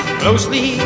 closely